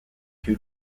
two